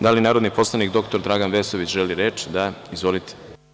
Da li narodni poslanik dr Dragan Vesović želi reč? (Da) Izvolite.